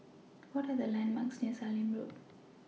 What Are The landmarks near Sallim Road